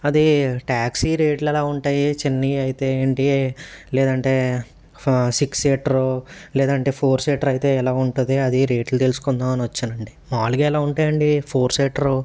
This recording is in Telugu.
అది ట్యాక్సీ రేట్లు ఎలా ఉంటాయి చిన్నవి అయితే ఏంటి లేదంటే సిక్స్ సీటరు లేదంటే ఫోర్ సీటర్ అయితే ఎలా ఉంటుంది అది రేట్లు తెలుసుకుందామని వచ్చానండి మాలుగా ఎలా ఉంటాయండి ఫోర్ సీటరు